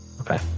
okay